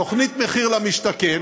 תוכנית מחיר למשתכן